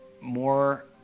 more